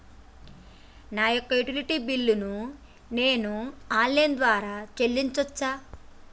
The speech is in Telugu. నా యొక్క యుటిలిటీ బిల్లు ను నేను ఆన్ లైన్ ద్వారా చెల్లించొచ్చా?